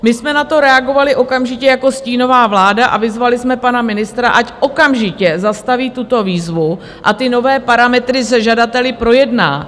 My jsme na to reagovali okamžitě jako stínová vláda a vyzvali jsme pana ministra, ať okamžitě zastaví tuto výzvu a nové parametry se žadateli projedná.